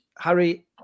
Harry